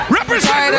Represent